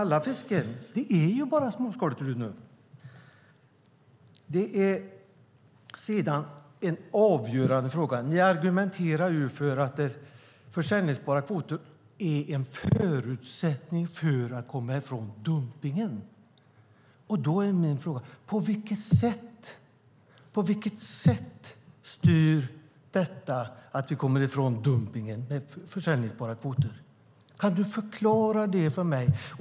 Allt fiske är småskaligt, Rune. Ni hävdar att säljbara kvoter är en förutsättning för att komma ifrån dumpningen. Men på vilket sätt gör säljbara kvoter att vi kommer ifrån dumpningen? Kan du förklara det för mig?